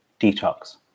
detox